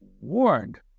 warned